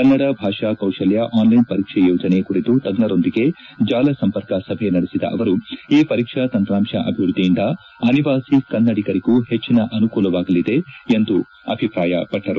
ಕನ್ನಡ ಭಾಷಾ ಕೌಶಲ್ಯ online ಪರೀಕ್ಷೆ ಯೋಜನೆ ಕುರಿತು ತಜ್ಞರೊಂದಿಗೆ ಜಾಲ ಸಂಪರ್ಕ ಸಭೆ ನಡೆಸಿದ ಅವರು ಈ ಪರೀಕ್ಷಾ ತಂತ್ರಾಂಶ ಅಭಿವೃದ್ಧಿಯಿಂದ ಅನಿವಾಸಿ ಕನ್ನಡಿಗರಿಗೂ ಹೆಚ್ಚನ ಅನುಕೂಲವಾಗಲಿದೆ ಎಂದು ಅಭಿಪ್ರಾಯಪಟ್ಟರು